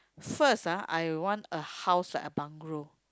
first ah I want a house like a bungalow